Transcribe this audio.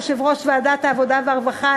יושב-ראש ועדת העבודה והרווחה.